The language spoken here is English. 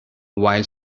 while